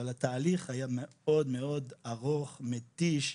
אבל התהליך היה מאוד-מאוד ארוך ומתיש.